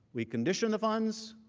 we conditioned the funds